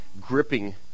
gripping